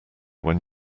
when